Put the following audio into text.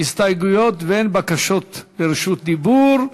הסתייגויות ואין בקשות לרשות דיבור.